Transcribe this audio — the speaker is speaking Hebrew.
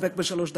נסתפק בשלוש דקות.